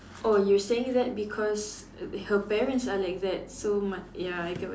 oh you saying that because her parents are like that so ma~ ya I get what you mean